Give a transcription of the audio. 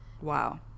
wow